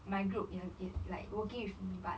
my group in in like working with me but